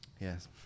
Yes